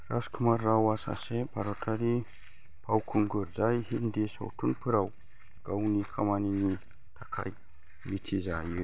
राजकुमार रावआ सासे भारतारि फावखुंगुर जाय हिन्दी सावथुनफोराव गावनि खामानिनि थाखाय मिथिजायो